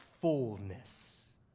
fullness